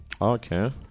okay